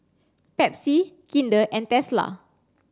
Pepsi Kinder and Tesla